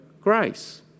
grace